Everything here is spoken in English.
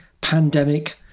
pandemic